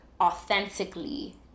authentically